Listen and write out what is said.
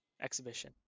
exhibition